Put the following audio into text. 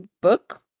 book